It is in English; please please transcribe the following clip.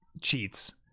cheats